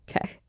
Okay